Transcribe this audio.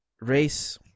race